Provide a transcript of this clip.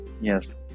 yes